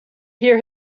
hear